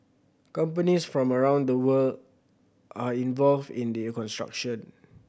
companies from around the world are involved in the construction